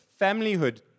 Familyhood